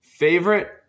Favorite